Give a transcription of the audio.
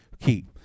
key